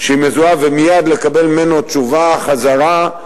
שהיא מזוהה ומייד לקבל ממנו תשובה חזרה,